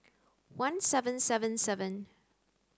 one seven seven seven